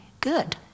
good